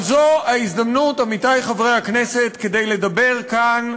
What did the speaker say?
אבל זו ההזדמנות, עמיתי חברי הכנסת, לדבר כאן,